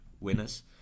winners